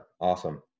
awesome